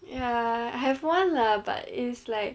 ya I have one lah but it's like